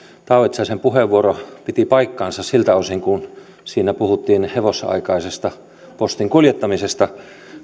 taavitsaisen puheenvuoro piti paikkansa siltä osin kuin siinä puhuttiin hevosaikaisesta postin kuljettamisesta